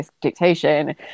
dictation